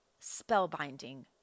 spellbinding